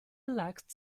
relaxed